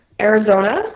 Arizona